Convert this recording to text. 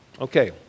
Okay